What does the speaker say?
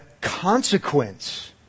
consequence